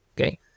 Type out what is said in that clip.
Okay